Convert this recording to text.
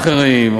מאכערים,